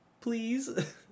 please